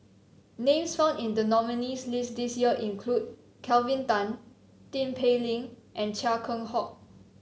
names found in the nominees' list this year include Kelvin Tan Tin Pei Ling and Chia Keng Hock